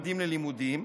ממדים ללימודים,